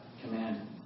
command